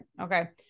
Okay